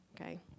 okay